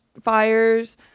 fires